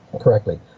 correctly